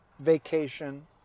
vacation